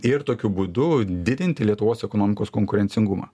ir tokiu būdu didinti lietuvos ekonomikos konkurencingumą